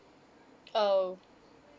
oh